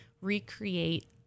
recreate